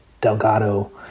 Delgado